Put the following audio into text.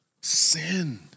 sin